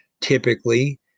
typically